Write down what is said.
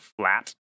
flat